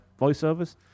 voiceovers